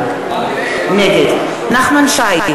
נגד נחמן שי,